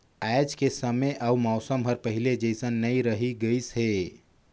आयज के समे अउ मउसम हर पहिले जइसन नइ रही गइस हे